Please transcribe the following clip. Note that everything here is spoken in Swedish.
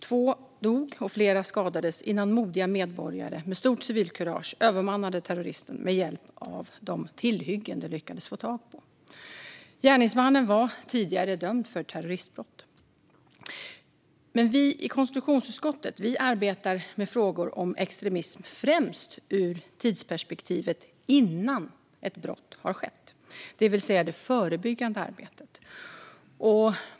Två dog och flera skadades innan modiga medborgare med stort civilkurage övermannade terroristen med hjälp av de tillhyggen de lyckades få tag på. Gärningsmannen var tidigare dömd för terroristbrott. Men vi i konstitutionsutskottet arbetar med frågor om extremism främst ur tidsperspektivet innan ett brott har skett, det vill säga det förebyggande arbetet.